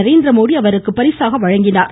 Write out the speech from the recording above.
நரேந்திரமோடி அவருக்கு பரிசாக வழங்கினார்